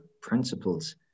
principles